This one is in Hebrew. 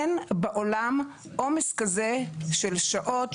אין בעולם עומס כזה של שעות,